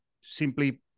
simply